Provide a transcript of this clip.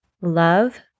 love